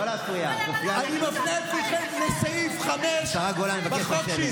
מי אתה שתתנשא עליי השרה גולן, אני מבקש לשבת.